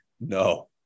No